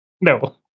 No